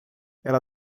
ela